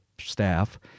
staff